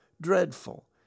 dreadful